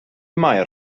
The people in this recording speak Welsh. mair